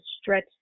stretch